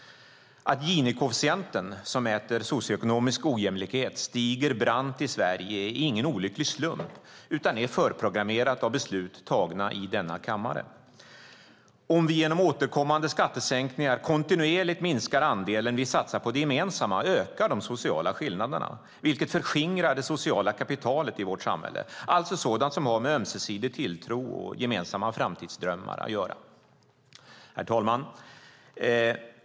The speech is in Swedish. Att Gini-koefficienten, som mäter socioekonomisk ojämlikhet, stiger brant i Sverige är ingen olycklig slump utan är förprogrammerat av beslut fattade i denna kammare. Om vi genom återkommande skattesänkningar kontinuerligt minskar andelen vi satsar på det gemensamma ökar de sociala skillnaderna, vilket förskingrar det sociala kapitalet i vårt samhälle, alltså sådant som har med ömsesidig tilltro och gemensamma framtidsdrömmar att göra. Herr talman!